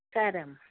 సరే అమ్మ